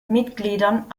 mitgliedern